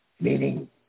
meaning